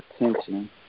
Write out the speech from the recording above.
attention